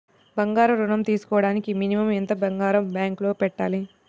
బంగారం ఋణం తీసుకోవడానికి మినిమం ఎంత బంగారం బ్యాంకులో పెట్టాలి?